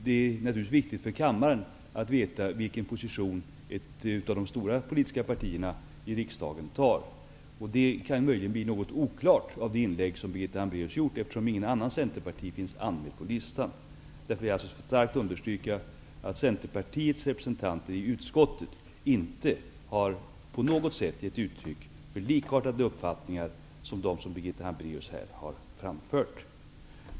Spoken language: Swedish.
Det är viktigt för kammaren att veta vilken position ett av de stora politiska partierna i riksdagen intar. Det kan möjligen bli något oklart efter det inlägg som Birgitta Hambraeus har gjort, eftersom ingen annan centerpartist finns anmäld på talarlistan. Därför vill jag starkt understryka att Centerpartiets representant i utskottet inte på något sätt har gett uttryck för en uppfattning likartad den som Birgitta Hambraeus har framfört. Herr talman!